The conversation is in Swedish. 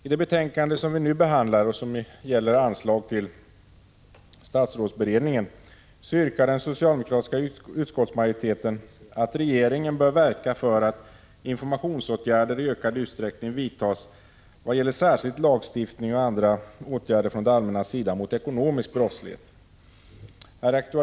I det betänkande som vi nu behandlar och som gäller anslag till statsrådsberedningen yrkar den socialdemokratiska utskottsmajoriteten att regeringen bör verka för att informationsåtgärder i ökad utsträckning vidtas vad gäller särskilt lagstiftning och andra insatser från det allmännas sida mot ekonomisk brottslighet.